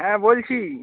হ্যাঁ বলছি